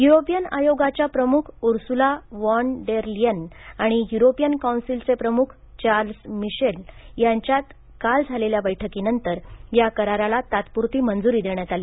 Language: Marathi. युरोपियन आयोगाच्या प्रमुख ऊर्सुला वॉन देर लियन आणि युरोपिअन कौन्सिलचे प्रमुख चार्ल्स मिशेल यांच्यात काल या कराराला तात्पुरती मंजुरी देण्यातआली